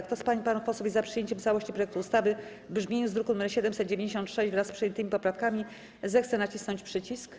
Kto z pań i panów posłów jest za przyjęciem w całości projektu ustawy w brzmieniu z druku nr 796, wraz z przyjętymi poprawkami, zechce nacisnąć przycisk.